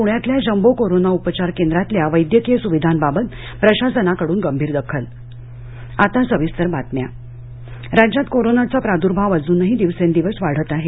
पूण्यातल्या jumbo corona उपचार केंद्रातल्या वैद्यकीय सुविधांबाबत प्रशासनाकडून गंभीर दखल आता सविस्तर बातम्या मुख्यमंत्री राज्यात कोरोनाचा प्रादु्भाव अजूनही दिवसेंदिवस वाढत आहे